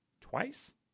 twice